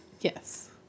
Yes